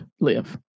live